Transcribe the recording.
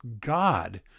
God